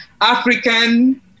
african